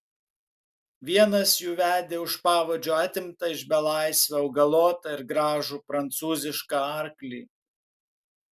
vienas jų vedė už pavadžio atimtą iš belaisvio augalotą ir gražų prancūzišką arklį